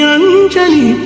Anjali